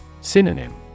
Synonym